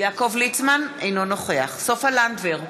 אינו נוכח סופה לנדבר,